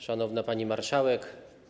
Szanowna Pani Marszałek!